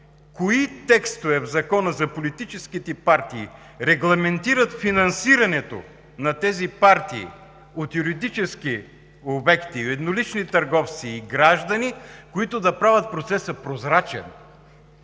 кои текстове в Закона за политическите партии регламентират финансирането на тези партии от юридически обекти, еднолични търговци и граждани, които да правят процеса прозрачен?